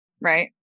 right